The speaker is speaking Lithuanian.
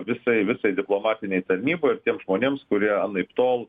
visai visai diplomatinei tarnyboj ir tiems žmonėms kurie anaiptol